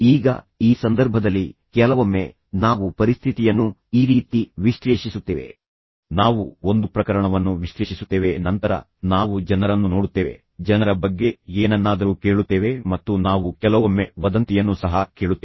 ಈಗ ಈ ಸಂದರ್ಭದಲ್ಲಿ ಕೆಲವೊಮ್ಮೆ ನಾವು ಪರಿಸ್ಥಿತಿಯನ್ನು ಈ ರೀತಿ ವಿಶ್ಲೇಷಿಸುತ್ತೇವೆ ನಾವು ಒಂದು ಪ್ರಕರಣವನ್ನು ವಿಶ್ಲೇಷಿಸುತ್ತೇವೆ ಮತ್ತು ನಂತರ ನಾವು ಜನರನ್ನು ನೋಡುತ್ತೇವೆ ನಾವು ಜನರ ಬಗ್ಗೆ ಏನನ್ನಾದರೂ ಕೇಳುತ್ತೇವೆ ಮತ್ತು ನಂತರ ನಾವು ಕೆಲವೊಮ್ಮೆ ವದಂತಿಯನ್ನು ಸಹ ಕೇಳುತ್ತೇವೆ